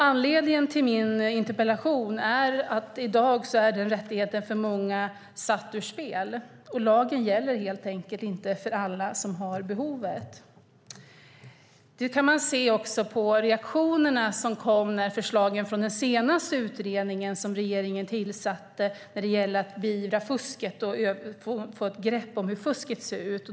Anledningen till min interpellation är att denna rättighet i dag är satt ur spel för många. Lagen gäller helt enkelt inte för alla som har behovet. Det kan man också se på reaktionerna med anledning av förslagen från den senaste utredningen som regeringen tillsatte när det gäller att beivra fusket och få ett grepp om hur fusket ser ut.